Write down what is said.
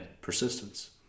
persistence